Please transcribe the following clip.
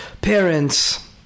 parents